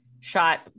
shot